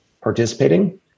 participating